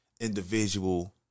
individual